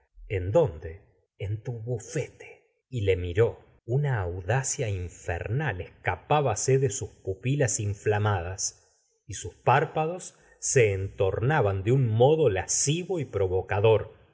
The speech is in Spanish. en dónde en tu bufete y le miró una audacia infernal escapábase de sus pupilas inflamadas y sus párpados se entornaban de un modo lascivo y provocador